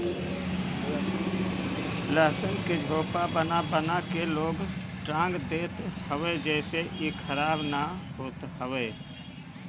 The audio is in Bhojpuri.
लहसुन के झोपा बना बना के लोग टांग देत हवे जेसे इ खराब ना होत हवे